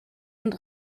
und